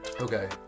Okay